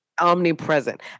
Omnipresent